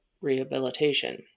rehabilitation